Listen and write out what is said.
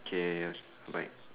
okay bye